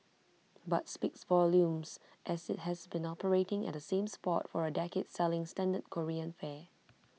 but speaks volumes as IT has been operating at that same spot for A decade selling standard Korean fare